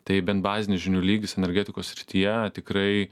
tai bent bazinis žinių lygis energetikos srityje tikrai